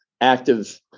active